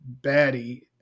baddie